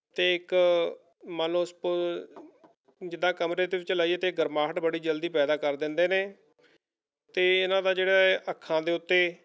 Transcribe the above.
ਅਤੇ ਇੱਕ ਮੰਨ ਲਉ ਸਪੋਜ਼ ਜਿੱਦਾਂ ਕਮਰੇ ਦੇ ਵਿੱਚ ਲਗਾਈਏ ਅਤੇ ਗਰਮਾਹਟ ਬੜੀ ਜਲਦੀ ਪੈਦਾ ਕਰ ਦਿੰਦੇ ਨੇ ਅਤੇ ਇਨ੍ਹਾਂ ਦਾ ਜਿਹੜਾ ਹੈ ਅੱਖਾਂ ਦੇ ਉੱਤੇ